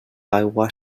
aigua